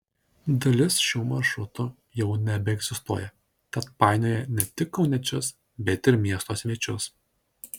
dalis šių maršrutų jau nebeegzistuoja tad painioja ne tik kauniečius bet ir miesto svečius